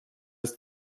ist